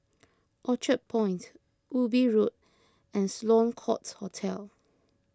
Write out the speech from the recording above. Orchard Point Ubi Road and Sloane Court Hotel